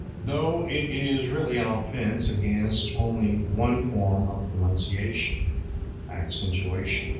though it is really an offense against only one form of pronunciation accentuation.